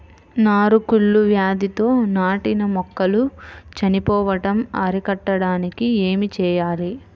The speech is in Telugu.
నారు కుళ్ళు వ్యాధితో నాటిన మొక్కలు చనిపోవడం అరికట్టడానికి ఏమి చేయాలి?